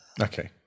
Okay